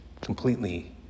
completely